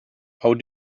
how